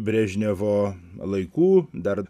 brežnevo laikų dar